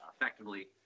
effectively